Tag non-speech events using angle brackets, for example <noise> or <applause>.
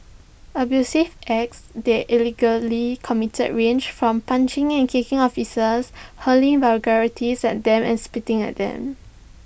abusive acts they <unintelligible> committed range from punching and kicking officers hurling vulgarities at them and spitting at them